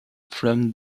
from